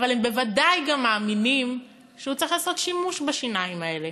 אבל הם בוודאי גם מאמינים שהוא צריך לעשות שימוש בשיניים האלה.